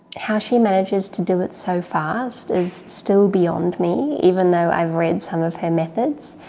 how she manages to do it so fast is still beyond me even though i've read some of her methods.